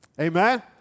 Amen